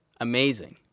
Amazing